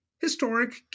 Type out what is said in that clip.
historic